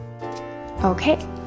Okay